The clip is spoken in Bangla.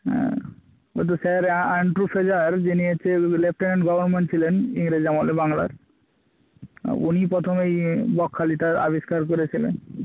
হ্যাঁ ওই তো স্যার অ্যান্ড্রু ফ্রেজার যিনি হচ্ছে লেফটেন্যান্ট গভর্নমেন্ট ছিলেন ইংরেজ আমলে বাংলার হ্যাঁ উনি প্রথম এই বকখালিটা আবিষ্কার করেছিলেন